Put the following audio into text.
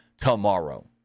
tomorrow